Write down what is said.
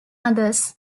others